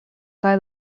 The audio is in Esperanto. kaj